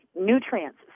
nutrients